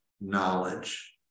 knowledge